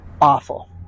Awful